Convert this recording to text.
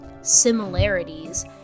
similarities